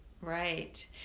Right